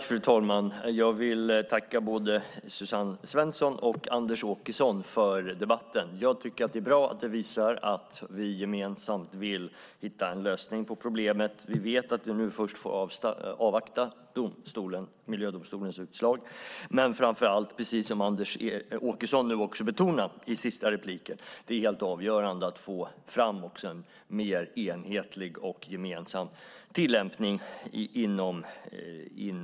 Fru talman! Jag vill tacka både Suzanne Svensson och Anders Åkesson för debatten. Jag tycker att det är bra att den visar att vi gemensamt vill hitta en lösning på problemet. Vi vet att vi först får avvakta miljödomstolens utslag, men framför allt - precis som Anders Åkesson betonar i sitt sista inlägg - är det helt avgörande att få fram en mer enhetlig och gemensam tillämpning inom EU.